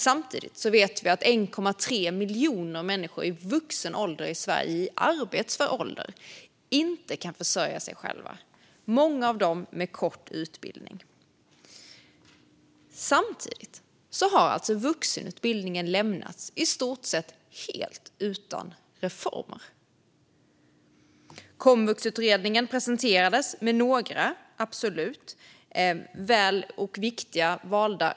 Samtidigt vet vi att 1,3 miljoner människor i arbetsför ålder i Sverige inte kan försörja sig själva. Många av dem har en kort utbildning. Men vuxenutbildningen har lämnats i stort sett helt utan reformer. Komvuxutredningen presenterades med några viktiga reformer - absolut.